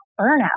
burnout